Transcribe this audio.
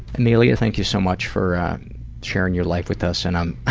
amelia, thank you so much for sharing your life with us and i'm